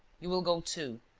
you will go too.